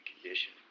condition